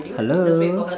hello